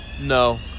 no